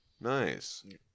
Nice